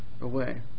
away